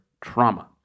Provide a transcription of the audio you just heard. trauma